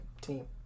team